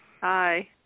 Hi